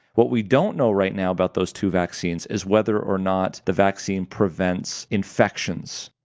what we don't know right now about those two vaccines is whether or not the vaccine prevents infections.